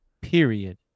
period